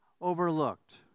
overlooked